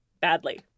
Badly